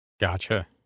Gotcha